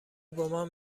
گمان